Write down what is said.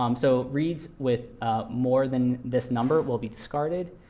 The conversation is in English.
um so reads with more than this number will be discarded.